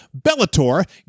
Bellator